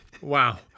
wow